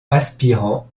aspirant